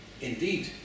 indeed